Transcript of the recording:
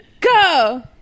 Go